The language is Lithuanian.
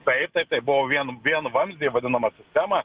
taip taip taip buvo vien vienvamzdė vadinama sistema